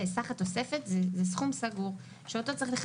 בסעיף הזה יש סכום מסוים שמוקצה לאותם